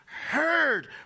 Heard